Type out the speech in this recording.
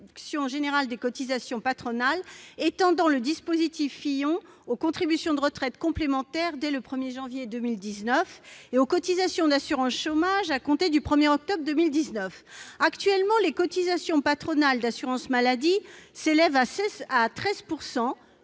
réduction générale de cotisations patronales étendant le dispositif Fillon aux contributions de retraite complémentaire dès le 1 janvier 2019 et aux cotisations d'assurance chômage à compter du 1 octobre 2019. Actuellement, les cotisations patronales d'assurance maladie s'élèvent à 13